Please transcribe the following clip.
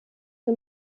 wir